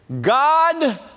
God